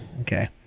Okay